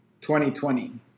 2020